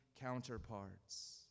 counterparts